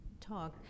talk